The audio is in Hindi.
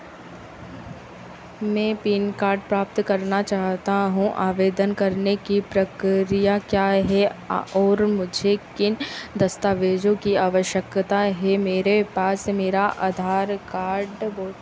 मैं पैन कार्ड प्राप्त करना चाहता हूँ आवेदन करने की प्रक्रिया क्या हैं और मुझे किन दस्तावेज़ों की आवश्यकता है मेरे पास मेरा आधार कार्ड